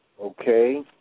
Okay